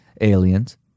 aliens